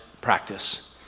practice